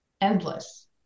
endless